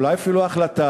אולי אפילו החלטה,